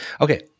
Okay